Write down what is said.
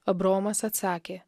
abraomas atsakė